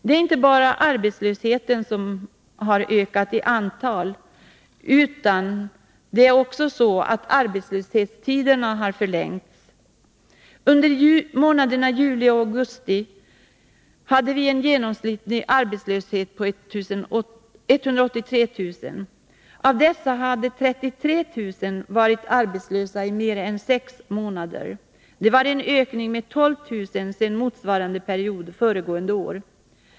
Det är inte bara antalet arbetslösa som har ökat, utan också arbetslöshetstiderna har förlängts. Under månaderna juli och augusti hade vi en genomsnittlig arbetslöshet på 183 000 personer. Av dessa hade 33 000 varit arbetslösa mer än sex månader. Det var en ökning med 12 000 sedan motsvarande period föregående år.